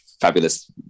fabulous